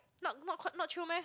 not not quite not chio meh